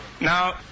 now